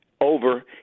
Over